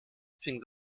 fing